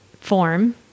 form